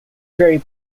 very